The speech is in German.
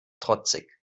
trotzig